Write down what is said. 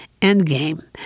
Endgame